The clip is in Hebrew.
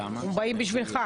הם באו בשבילך.